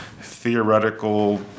theoretical